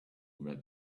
where